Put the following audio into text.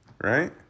right